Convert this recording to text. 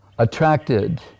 Attracted